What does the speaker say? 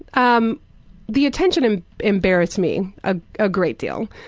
um the attention and embarrassed me a ah great deal.